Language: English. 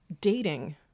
dating